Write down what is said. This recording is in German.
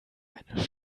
eine